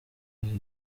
hehe